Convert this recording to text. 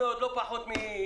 זה לא משהו חריג.